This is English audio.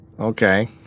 Okay